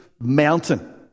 mountain